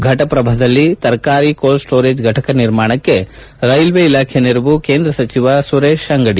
ಫಟಪ್ರಭಾದಲ್ಲಿ ತರಕಾರಿ cold storage ಫಟಕ ನಿರ್ಮಾಣಕ್ಕೆ ರೈಲ್ವೆ ಇಲಾಖೆ ನೆರವು ಕೇಂದ್ರ ಸಚಿವ ಸುರೇಶ್ ಅಂಗಡಿ